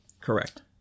Correct